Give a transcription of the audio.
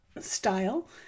style